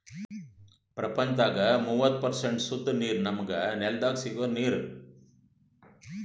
ಪ್ರಪಂಚದಾಗ್ ಮೂವತ್ತು ಪರ್ಸೆಂಟ್ ಸುದ್ದ ನೀರ್ ನಮ್ಮ್ ನೆಲ್ದಾಗ ಸಿಗೋ ನೀರ್